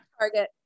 Target